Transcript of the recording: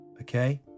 okay